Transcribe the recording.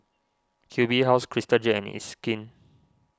Q B House Crystal Jade and It's Skin